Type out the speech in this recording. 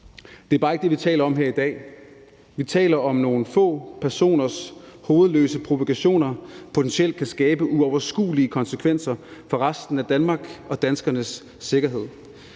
Det er bare ikke det, vi taler om her i dag. Vi taler om, at nogle få personers hovedløse provokationer potentielt kan skabe uoverskuelige konsekvenser for resten af Danmark og danskernes sikkerhed.